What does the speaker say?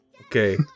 Okay